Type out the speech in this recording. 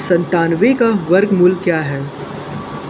सत्तानवे का वर्गमूल क्या है